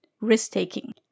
risk-taking